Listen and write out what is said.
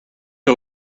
que